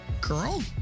Girl